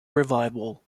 revival